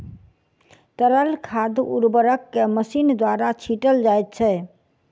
तरल खाद उर्वरक के मशीन द्वारा छीटल जाइत छै